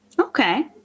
okay